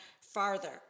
farther